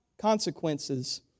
consequences